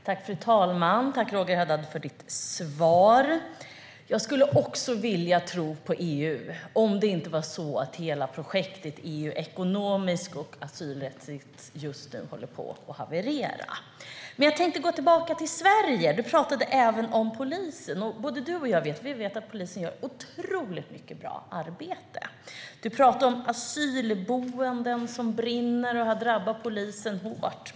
Fru talman! Tack, Roger Haddad, för ditt svar! Jag skulle också vilja tro på EU om det inte var så att hela projektet EU ekonomiskt och asylrättsligt just nu håller på att haverera. Jag tänkte gå tillbaka till Sverige. Roger Haddad pratade även om polisen. Både Roger Haddad och jag vet att polisen gör otroligt mycket bra arbete. Han pratar om asylboenden som brinner och vad som har drabbat polisen hårt.